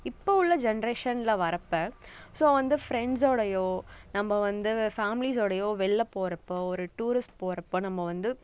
இப்போ உள்ள ஜென்ரேஷனில் வர்றப்போ ஸோ வந்து ஃப்ரெண்ட்ஸோடயோ நம்ம வந்து ஃபேமிலிஸோடயோ வெளில போகிறப்போ ஒரு டூரிஸ்ட் போகிறப்ப நம்ம வந்து